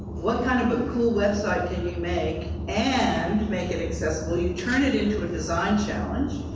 what kind of a cool website can you make and make it accessible? you turn it into a design challenge,